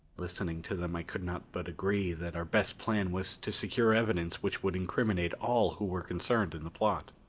listening to them, i could not but agree that our best plan was to secure evidence which would incriminate all who were concerned in the plot.